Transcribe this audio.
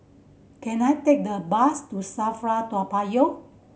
can I take the bus to SAFRA Toa Payoh